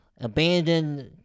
Abandoned